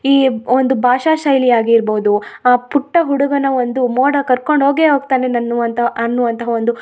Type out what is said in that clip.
ಈ ಒಂದು ಭಾಷಾಶೈಲಿ ಆಗಿರ್ಬೋದು ಆ ಪುಟ್ಟ ಹುಡುಗನ ಒಂದು ಮೋಡ ಕರ್ಕೊಂಡು ಹೋಗೆ ಹೋಗ್ತಾನೆ ಅನ್ನುವಂಥ ಅನ್ನುವಂತಹ ಒಂದು